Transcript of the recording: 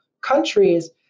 countries